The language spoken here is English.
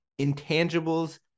Intangibles